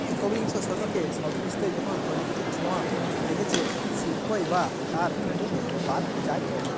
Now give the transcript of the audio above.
একবিংশ শতকে সব কিছুতেই যখন প্রযুক্তির ছোঁয়া লেগেছে শিল্পই বা তার থেকে বাদ যায় কেন